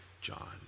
John